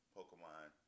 Pokemon